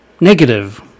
negative